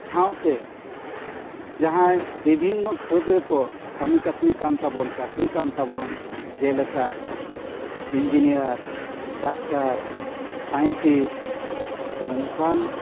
ᱥᱟᱶᱛᱮ ᱡᱟᱦᱟᱭ ᱵᱤᱵᱷᱤᱱᱱᱚ ᱠᱷᱟᱹᱛ ᱨᱮᱠᱚ ᱠᱟᱹᱢᱤ ᱠᱟᱹᱥᱱᱤ ᱠᱟᱱ ᱛᱟᱵᱚᱱ ᱪᱟᱹᱠᱨᱤ ᱠᱟᱱ ᱛᱟᱵᱚᱱ ᱡᱮᱞᱮᱠᱟ ᱤᱱᱡᱤᱱᱤᱭᱟᱨ ᱰᱟᱠᱛᱟᱨ ᱥᱟᱭᱮᱱᱴᱤᱥ ᱱᱚᱝᱠᱟᱱ